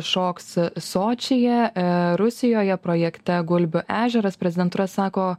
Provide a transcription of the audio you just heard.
šoks sočyje rusijoje projekte gulbių ežeras prezidentūra sako